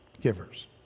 givers